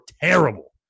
terrible